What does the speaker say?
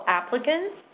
applicants